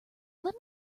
let